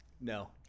no